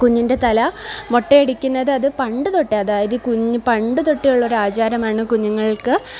കുഞ്ഞിന്റെ തല മൊട്ടയടിക്കുന്നത് അത് പണ്ടുതൊട്ടേ അതായത് കുഞ്ഞ് പണ്ടുതൊട്ടേയുള്ള ആചാരമാണ് കുഞ്ഞുങ്ങള്ക്ക്